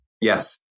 Yes